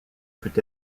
peut